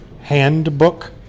Handbook